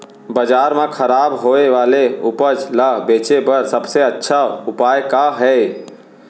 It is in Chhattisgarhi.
बाजार मा खराब होय वाले उपज ला बेचे बर सबसे अच्छा उपाय का हे?